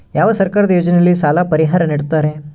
ಯಾವ ಸರ್ಕಾರದ ಯೋಜನೆಯಲ್ಲಿ ಸಾಲ ಪರಿಹಾರ ನೇಡುತ್ತಾರೆ?